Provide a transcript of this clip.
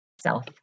self